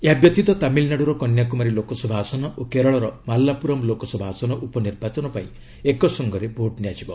ଏହା ବ୍ୟତୀତ ତାମିଲନାଡୁର କନ୍ୟାକୁମାରୀ ଲୋକସଭା ଆସନ ଓ କେରଳର ମାଲାପୁରମ୍ ଲୋକସଭା ଆସନ ଉପନିର୍ବାଚନ ପାଇଁ ଏକ ସଙ୍ଗରେ ଭୋଟ୍ ନିଆଯିବ